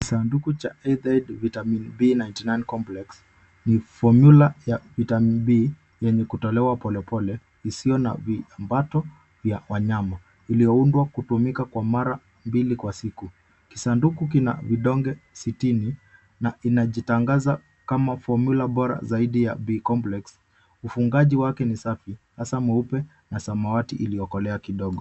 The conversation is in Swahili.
Kisanduku cha health aid vitamin B-99 complex , ni formula ya vitamini B yenye kutolewa pole pole, isio naviambato ya kwanyama, iliohundwa kutumika kwa mara bili kwa siku. Kisanduku kinahidonge sitini na inajitangaza kama formula borazaidia B-complex . Ufungaji wakini safi, asama upe, asamawati iliokolea kidogo.